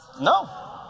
No